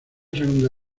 segunda